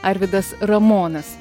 arvydas ramonas